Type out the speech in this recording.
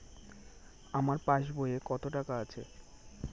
আমার পাস বইয়ে কত টাকা আছে?